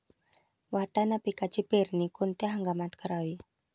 वाटाणा पिकाची पेरणी कोणत्या हंगामात करावी?